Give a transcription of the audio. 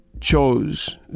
chose